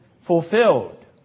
fulfilled